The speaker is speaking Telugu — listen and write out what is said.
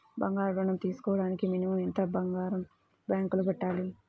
బంగారం ఋణం తీసుకోవడానికి మినిమం ఎంత బంగారం బ్యాంకులో పెట్టాలి?